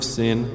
sin